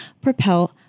Propel